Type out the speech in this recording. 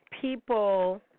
people –